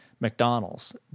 McDonald's